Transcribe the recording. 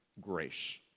grace